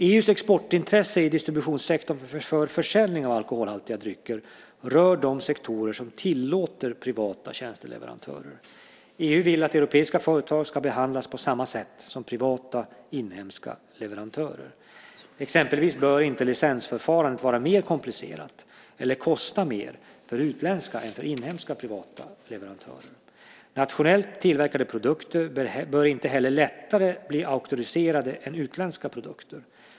EU:s exportintressen i distributionssektorn för försäljning av alkoholhaltiga drycker rör de sektorer som tillåter privata tjänsteleverantörer. EU vill att europeiska företag ska behandlas på samma sätt som privata inhemska leverantörer. Exempelvis bör inte licensförfarandet vara mer komplicerat eller kosta mer för utländska än för inhemska privata leverantörer. Nationellt tillverkade produkter bör inte heller lättare bli auktoriserade än utländska produkter.